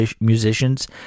musicians